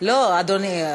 לא, אדוני.